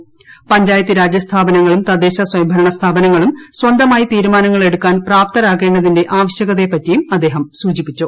പ്ലെഞ്ചായത്തീരാജ് സ്ഥാപനങ്ങളും തദ്ദേശ സ്വയംഭരണ സ്ഥാപനങ്ങളും സ്വന്തമായി തീരുമാനങ്ങൾ എടുക്കാൻ പ്രാപ്തരാകേണ്ടതിന്റെ ആവശ്യകതയെപ്പറ്റി അദ്ദേഹം സൂചിപ്പിച്ചു